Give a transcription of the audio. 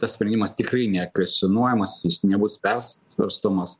tas sprendimas tikrai nekvestionuojamas jis nebus persvarstomas